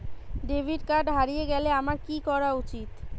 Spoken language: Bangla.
ডেবিট কার্ড হারিয়ে গেলে আমার কি করা উচিৎ?